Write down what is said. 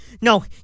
no